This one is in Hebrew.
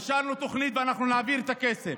אישרנו תוכנית, ואנחנו נעביר את הכסף.